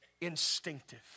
instinctive